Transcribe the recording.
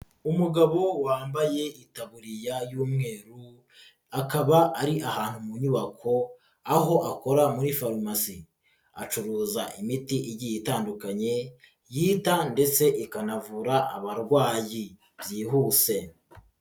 Umugabo wambaye itaburiya y'umweru akaba ari ahantu mu nyubako, aho akora muri farumasi acuruza imiti igiye itandukanye yita ndetse ikanavura abarwayi byihuse.